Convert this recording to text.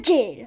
Jail